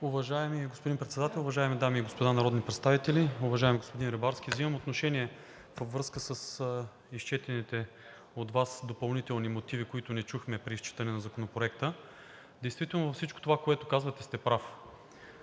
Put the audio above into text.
Уважаеми господин Председател, уважаеми дами и господа народни представители! Уважаеми господин Рибарски, взимам отношение във връзка с изчетените от Вас допълнителни мотиви, които не чухме при изчитане на Законопроекта. Действително за всичко това, което казвате, сте прав.